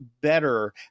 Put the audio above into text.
better